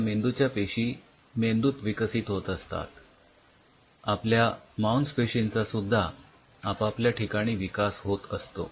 आपल्या मेंदूच्या पेशी मेंदूत विकसित होत असतात आपल्या मांसपेशीचा सुद्धा आपापल्या ठिकाणी विकास होत असतो